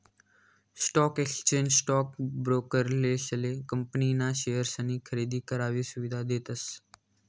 stock exchange stock ब्रोकरेसले company ना शेअर्सनी खरेदी करानी सुविधा देतस